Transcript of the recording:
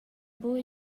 buc